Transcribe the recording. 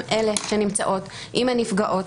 נפגעות